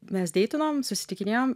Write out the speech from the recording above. mes deitinom susitikinėjom